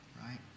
right